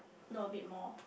know a bit more